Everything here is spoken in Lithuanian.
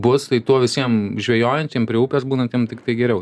bus tai tuo visiem žvejojantiem prie upės būnantiem tiktai geriau